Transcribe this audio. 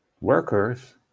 workers